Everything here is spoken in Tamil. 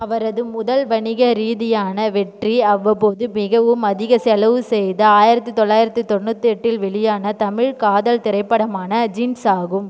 அவரது முதல் வணிக ரீதியான வெற்றி அவ்வப்போது மிகவும் அதிக செலவு செய்த ஆயிரத்தி தொள்ளாயிரத்தி தொண்ணூத்தெட்டில் வெளியான தமிழ் காதல் திரைப்படமான ஜீன்ஸ் ஆகும்